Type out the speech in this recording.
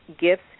gifts